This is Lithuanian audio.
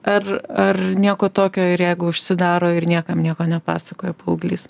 ar ar nieko tokio ir jeigu užsidaro ir niekam nieko nepasakoja paauglys